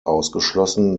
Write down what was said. ausgeschlossen